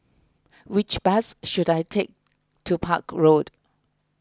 which bus should I take to Park Road